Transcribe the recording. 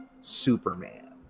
Superman